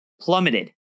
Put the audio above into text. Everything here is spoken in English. plummeted